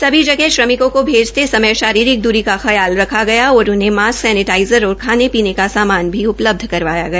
सभी जगह श्रमिकों को भेजते समय शारीरिक दूरी का ख्याल रखा गया और उन्हें मास्क सैनिटाईजर और खाने पीने का सामान भी उपलब्ध करवाया गया